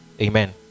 amen